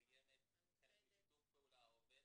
היא קיימת ועובדת בשיתוף פעולה.